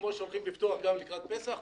כמו שהולכים לפתוח גם לקראת פסח,